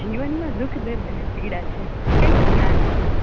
જીવનમાં દુઃખ દર્દ અને પીળા છે કાંઈક જ્ઞાન આપો